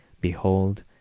behold